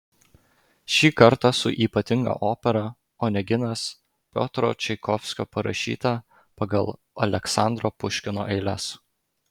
šį kartą su ypatinga opera oneginas piotro čaikovskio parašyta pagal aleksandro puškino eiles